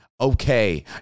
Okay